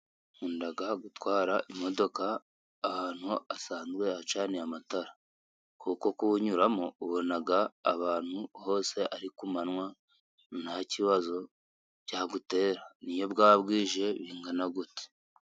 Nkunda gutwara imodoka ahantu hasanzwe hacaniye amatara. Kuko kuwunyuramo ubona ahantu hose ari ku manywa, nta kibazo byagutera. Niyo bwaba bwije bingana gute.